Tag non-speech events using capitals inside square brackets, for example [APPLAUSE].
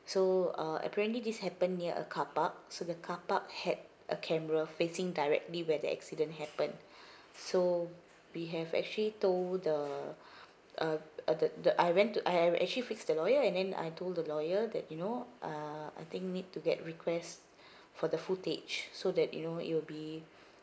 so uh apparently this happened near a car park so the car park had a camera facing directly where the accident happened [BREATH] so we have actually told the [BREATH] uh uh the the I went to I have actually fixed the lawyer and then I told the lawyer that you know ah I think need to get request [BREATH] for the footage so that you know it'll be